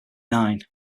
nine